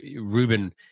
Ruben